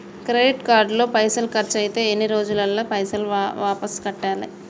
Credit card లో పైసల్ ఖర్చయితే ఎన్ని రోజులల్ల పైసల్ వాపస్ కట్టాలే?